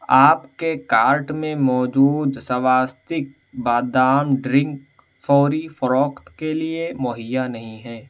آپ کے کارٹ میں موجود سواستک بادام ڈرنک فوری فروخت کے لیے مہیا نہیں ہے